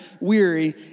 weary